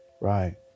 Right